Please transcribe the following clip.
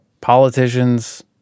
politicians